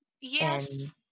Yes